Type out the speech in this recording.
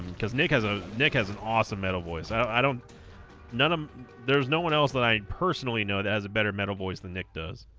because nick has a nick has an awesome metal voice i don't none of um there's no one else that i personally know that has a better metal boys than nick does